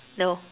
no